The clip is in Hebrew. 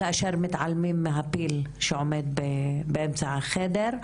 כאשר מתעלמים מהפיל שעומד באמצע החדר,